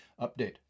Update